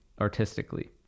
artistically